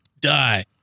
die